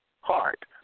heart